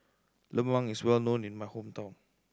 lemang is well known in my hometown